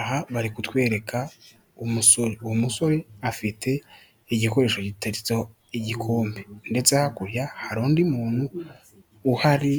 Aha bari kutwereka umusore, uwo musore afite igikoresho giteretseho igikombe ndetse hakurya hari undi muntu uhari